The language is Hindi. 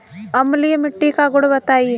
अम्लीय मिट्टी का गुण बताइये